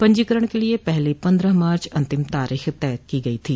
पंजीकरण के लिए पहले पन्द्रह मार्च अंतिम तारीख तय की गई थी